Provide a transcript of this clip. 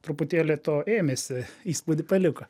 truputėlį to ėmėsi įspūdį paliko